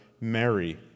Mary